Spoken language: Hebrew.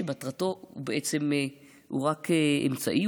שהוא רק אמצעי,